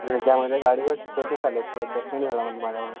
ज्यामध्ये गाडीवर स्क्रेचेस आले आहेत थोडेसे ॲक्सिडंट झाला म्हणजे माझ्याकडून